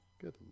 good